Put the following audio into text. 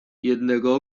jednego